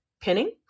pinning